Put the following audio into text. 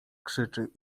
krzyczy